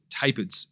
tapered